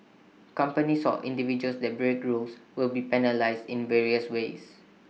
companies or individuals that break rules will be penalised in various ways